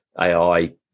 AI